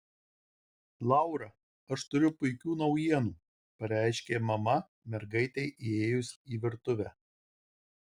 laura aš turiu puikių naujienų pareiškė mama mergaitei įėjus į virtuvę